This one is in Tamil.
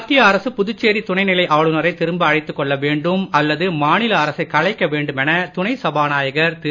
மத்திய அரசு புதுச்சேரி துணைநிலை ஆளுனரை திரும்ப அழைத்துக்கொள்ள வேண்டும் அல்லது மாநில அரசை கலைக்க வேண்டுமென துணை சபாநாயகர் திரு